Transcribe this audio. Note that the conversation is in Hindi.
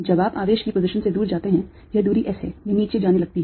जब आप आवेश की पोजीशन से दूर जाते है यह दूरी s है यह नीचे जाने लगती है